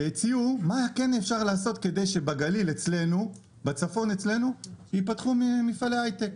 שחשבו מה כן אפשר לעשות כדי שבגליל ובצפון ייפתחו מפעלי הייטק.